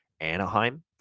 Anaheim